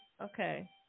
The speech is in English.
Okay